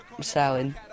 salad